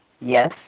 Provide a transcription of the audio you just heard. Yes